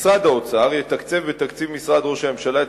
משרד האוצר יתקצב בתקציב משרד ראש הממשלה את